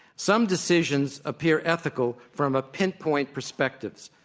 some decisions appear ethical from a pinpoint perspective,